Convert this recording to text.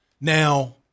Now